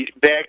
back